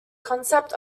concept